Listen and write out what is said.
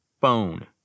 phone